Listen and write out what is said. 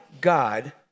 God